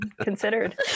considered